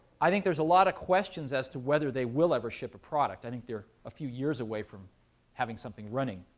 i think there's a lot of questions as to whether they will ever ship a product. i think they're a few years away from having something running,